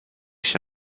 się